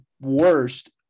worst